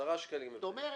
10 שקלים הבדל.